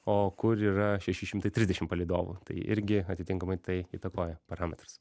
o kur yra šeši šimtai trisdešim palydovų tai irgi atitinkamai tai įtakoja parametrus